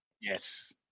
Yes